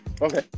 Okay